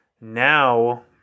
now